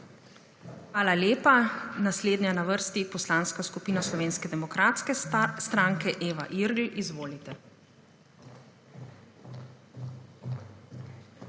Hvala lepa. Naslednja je na vrsti Poslanska skupina Slovenske demokratske stranke. Eva Irgl, izvolite.